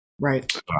right